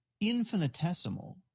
infinitesimal